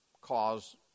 cause